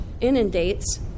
inundates